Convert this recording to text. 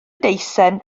deisen